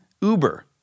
Uber